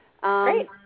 Great